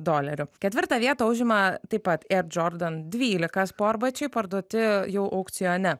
dolerių ketvirtą vietą užima taip pat air jordan dvylika sportbačiai parduoti jau aukcione